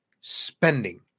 spending